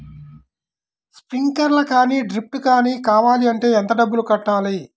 Sprinkler కానీ డ్రిప్లు కాని కావాలి అంటే ఎంత డబ్బులు కట్టాలి?